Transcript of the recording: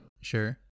Sure